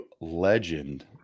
legend